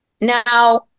Now